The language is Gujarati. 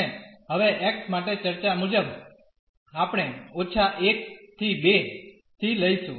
અને હવે x માટે ચર્ચા મુજબ આપણે −1¿ 2 થી લઈશું